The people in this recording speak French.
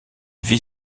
vit